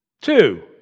Two